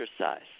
exercise